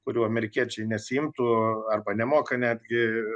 kurių amerikiečiai nesiimtų arba nemoka netgi